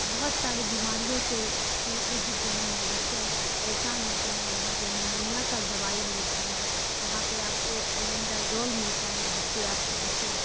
بہت سارے بیماریوں سے گئے ہیں بچوں پریشان ہوتے ہیں وہاں پہ نمونیا کا دوائی ملتا ہے وہاں پہ آپ کو البینڈا زول ملتا ہے جس سے آپ کے بچے